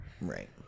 right